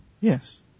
Yes